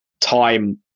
time